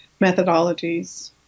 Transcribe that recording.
methodologies